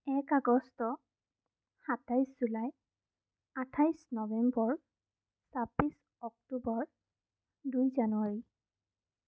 এক আগষ্ট সাতাইছ জুলাই আঠাইছ নৱেম্বৰ চাব্বিছ অক্টোবৰ দুই জানুৱাৰী